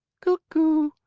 cuck oo!